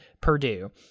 purdue